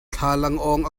thlalangawng